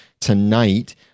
tonight